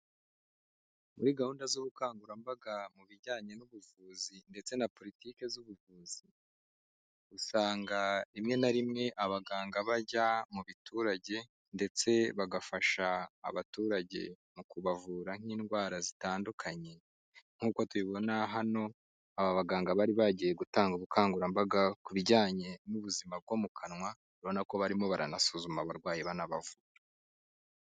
Muri gahunda z'ubukangurambaga mu bijyanye n'ubuvuzi ndetse na politike z'ubuvuzi, usanga rimwe na rimwe abaganga bajya mu baturage ndetse bagafasha abaturage mu kubavura nk'indwara zitandukanye, nk'uko tubibona hano aba baganga bari bagiye gutanga ubukangurambaga ku bijyanye n'ubuzima bwo mu kanwa, urabona ko barimo baranasuzuma abarwayi banabavura.